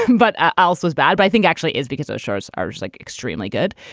but alice was bad. i think actually is because those shows are like extremely good.